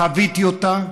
חוויתי אותה.